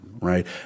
Right